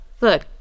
look